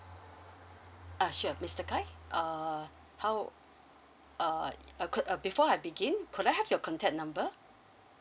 uh sure mister khai err how err uh could before I begin could I have your contact number